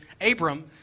Abram